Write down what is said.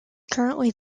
currently